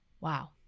Wow